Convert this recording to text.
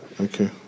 Okay